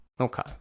okay